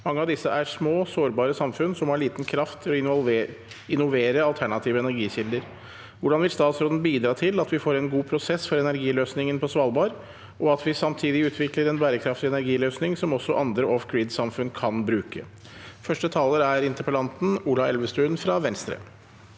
Mange av disse er små, sårbare samfunn som har liten kraft til å innovere alternative energikilder. Hvordan vil statsråden bidra til at vi får en god pro- sess for energiløsningen på Svalbard, og at vi samtidig utvikler en bærekraftig energiløsning som også andre off- grid-samfunn kan bruke?» Ola Elvestuen (V)